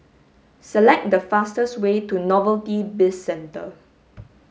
select the fastest way to Novelty Bizcentre